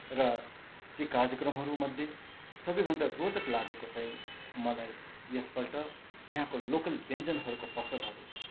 र ती कार्यक्रमहरूमध्ये सबैभन्दा रोचक लागेको चाहिँ मलाई यसपल्ट यहाँको लोकल व्यञ्जनहरूको पसलहरू